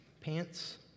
Pants